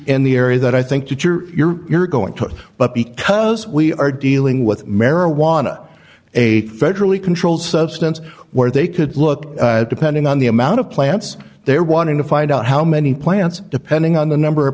in the area that i think that you're you're going to but because we are dealing with marijuana a federally controlled substance where they could look depending on the amount of plants they're wanting to find out how many plants depending on the number of